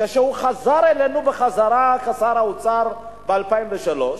כשהוא חזר אלינו בחזרה כשר האוצר ב-2003,